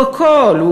הוא הכול: